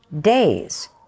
days